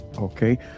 okay